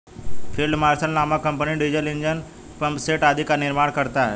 field marshal नामक company diesel engine, pumpset आदि का निर्माण करता है